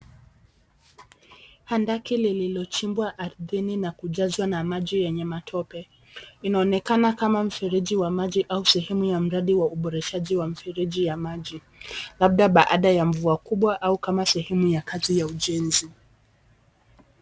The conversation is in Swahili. Hadaki lililochimbwa ardhini na kujazwa na maji yenye matope. Inaonekana kama mfereji wa maji au sehemu ya mradi wa uboreshaji wa mifereji ya maji labda baada ya mvua kubwa au kama sehemu ya kazi ya ujenzi.